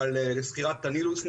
על סגירת הנילוס.